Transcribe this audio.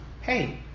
hey